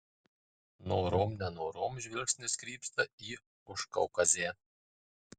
norom nenorom žvilgsnis krypsta į užkaukazę